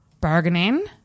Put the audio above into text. bargaining